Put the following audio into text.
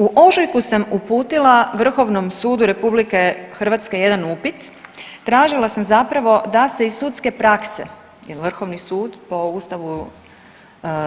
U ožujku sam uputila Vrhovnom sudu RH jedan upit, tražila sam zapravo da se iz sudske prakse jer vrhovni sud po ustavu